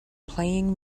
playing